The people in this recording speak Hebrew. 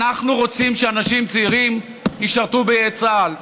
אנחנו רוצים שאנשים צעירים ישרתו בצה"ל,